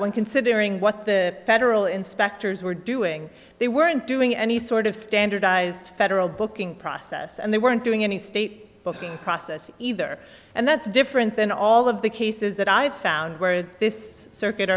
when considering what the federal inspectors were doing they weren't doing any sort of standardized federal booking process and they weren't doing any state of the process either and that's different than all of the cases that i've found where this circuit